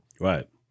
Right